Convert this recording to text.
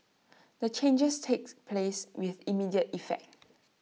the changes takes place with immediate effect